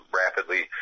rapidly